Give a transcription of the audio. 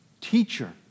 Teacher